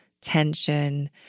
tension